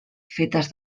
fetes